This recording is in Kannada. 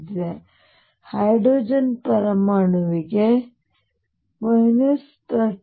ಉದಾಹರಣೆಗೆ ಹೈಡ್ರೋಜನ್ ಪರಮಾಣುವಿಗೆ ಇದು 13